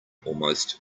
almost